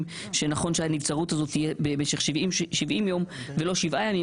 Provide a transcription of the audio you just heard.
שנכון שהנבצרות הזאת תהיה במשך 70 יום ולא שבעה ימים,